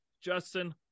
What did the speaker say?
Justin